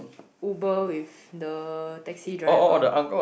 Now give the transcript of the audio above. Uber with the taxi driver